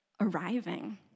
arriving